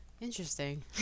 Interesting